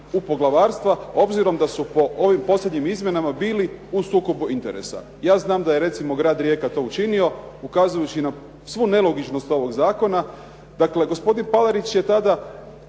u poglavarstva obzirom da su po ovim posljednjim izmjenama bili u sukobu interesa. Ja znam da je recimo grad Rijeka to učinio ukazujući na svu nelogičnost ovog zakona. Dakle, gospodin Palarić je tada